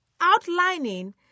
outlining